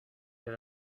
have